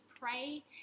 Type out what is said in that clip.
pray